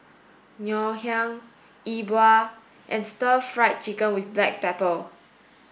Ngoh Hiang Yi Bua and stir fried chicken with black pepper